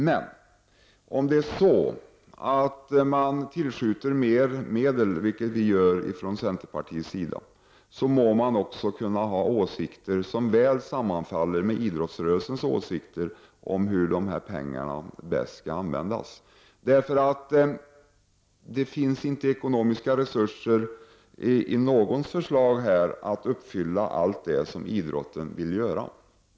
Men om man tillskjuter medel, vilket vi från centerpartiet vill göra, må man också ha åsikter, som väl sammanfaller med idrottsrörelsens åsikter, om hur dessa pengar bäst skall användas. Det finns inte i någons förslag ekonomiska resurser för att klara av att göra allt det som idrotten vill göra.